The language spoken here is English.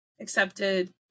accepted